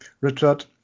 Richard